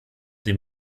dem